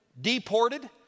deported